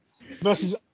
versus